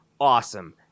awesome